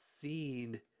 seen